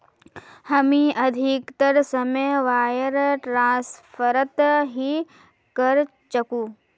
हामी अधिकतर समय वायर ट्रांसफरत ही करचकु